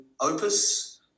opus